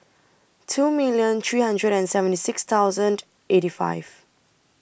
two million three hundred and seventy six thousand eighty five